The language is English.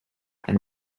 and